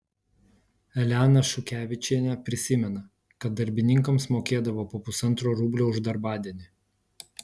elena šukevičienė prisimena kad darbininkams mokėdavo po pusantro rublio už darbadienį